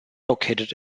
located